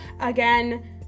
Again